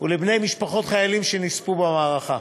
ולבני משפחות חיילים שנספו במערכה.